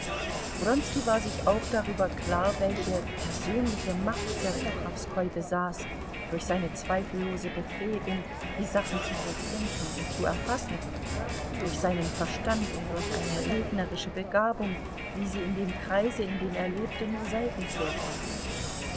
wronski war sich auch darüber klar welche persönliche macht serpuchowskoi besaß durch seine zweifellose befähigung die sachen zu durchdenken und zu erfassen durch seinen verstand und durch eine rednerische begabung wie sie in dem kreise in dem er lebte nur selten vorkommt